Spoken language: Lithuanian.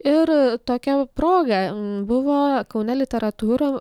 ir tokia proga buvo kaune literatūro